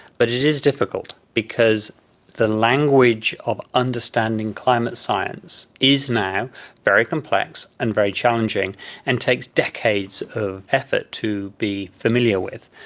but it is difficult because the language of understanding climate science is now very complex and very challenging and takes decades of effort to be familiar with.